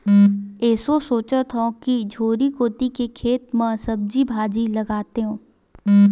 एसो सोचत हँव कि झोरी कोती के खेत म सब्जी भाजी लगातेंव